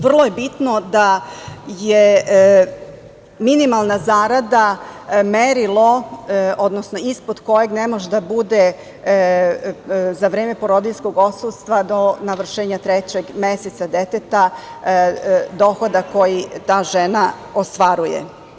Vrlo je bitno da je minimalna zarada merilo, odnosno ispod kojeg ne može da bude za vreme porodiljskog odsustva do navršenja trećeg meseca deteta dohodak koji ta žena ostvaruje.